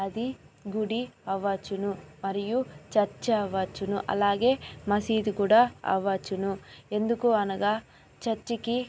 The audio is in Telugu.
అది గుడి అవచ్చును మరియు చర్చ అవచ్చును అలాగే మసీదు కూడా అవ్వచ్చును ఎందుకు అనగా చర్చికి